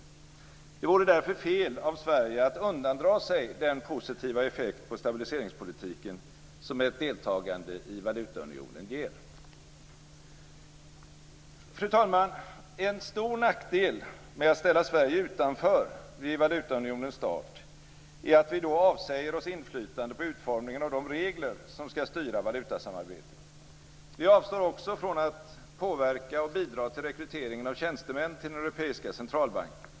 Det vore därför fel av Sverige att undandra sig den positiva effekt på stabiliseringspolitiken som ett deltagande i valutaunionen ger. Fru talman! En stor nackdel med att ställa Sverige utanför vid valutaunionens start är att vi då avsäger oss inflytande på utformningen av de regler som skall styra valutasamarbetet. Vi avstår också från att påverka och bidra till rekryteringen av tjänstemän till den europeiska centralbanken.